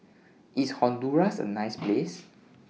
IS Honduras A nice Place